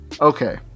Okay